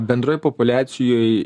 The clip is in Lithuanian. bendroj populiacijoj